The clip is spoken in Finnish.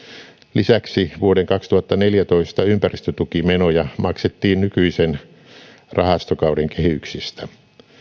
lisäksi vuoden kaksituhattaneljätoista ympäristötukimenoja maksettiin nykyisen rahastokauden kehyksistä